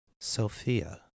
Sophia